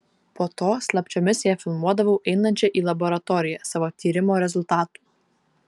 po to slapčiomis ją filmuodavau einančią į laboratoriją savo tyrimo rezultatų